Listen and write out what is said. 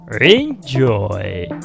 Enjoy